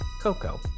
Coco